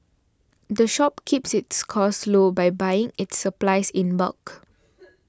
the shop keeps its costs low by buying its supplies in bulk